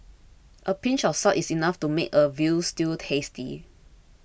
a pinch of salt is enough to make a Veal Stew tasty